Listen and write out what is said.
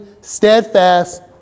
Steadfast